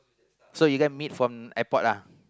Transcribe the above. so you guy meet from airport ah